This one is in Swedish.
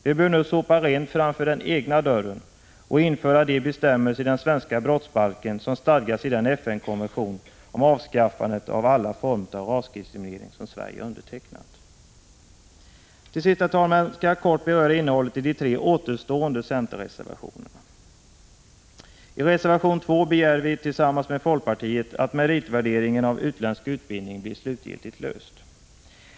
Vi bör nu sopa rent framför den egna dörren och i den svenska brottsbalken införa de bestämmelser som stadgas i den FN-konvention om avskaffande av alla former av rasdiskriminering som Sverige har undertecknat. Till sist, herr talman, skall jag kort beröra innehållet i de tre återstående centerreservationerna. I reservation 2 kräver vi, tillsammans med folkpartiet, att frågan om meritvärdering av utländsk utbildning skall bli slutgiltigt löst.